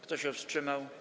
Kto się wstrzymał?